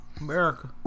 America